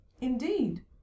Indeed